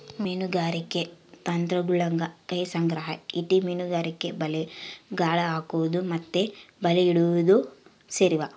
ಮೀನುಗಾರಿಕೆ ತಂತ್ರಗುಳಗ ಕೈ ಸಂಗ್ರಹ, ಈಟಿ ಮೀನುಗಾರಿಕೆ, ಬಲೆ, ಗಾಳ ಹಾಕೊದು ಮತ್ತೆ ಬಲೆ ಹಿಡಿಯೊದು ಸೇರಿವ